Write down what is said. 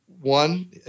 One